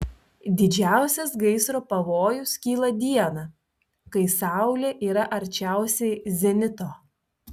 didžiausias gaisro pavojus kyla dieną kai saulė yra arčiausiai zenito